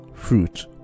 fruit